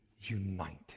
united